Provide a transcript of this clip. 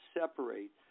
separate